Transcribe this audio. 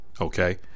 Okay